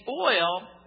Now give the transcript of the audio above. oil